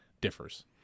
differs